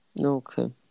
Okay